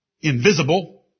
invisible